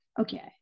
Okay